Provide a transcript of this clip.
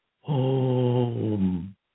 home